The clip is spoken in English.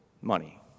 Money